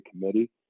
committee